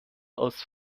aus